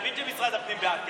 אני מבין שמשרד הפנים בעד,